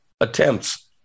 attempts